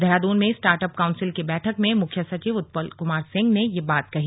देहरादून में start up council की बैठक में मुख्य सचिव उत्पल कुमार सिंह ने ये बात कही